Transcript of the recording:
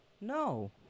No